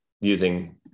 using